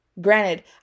granted